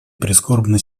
прискорбной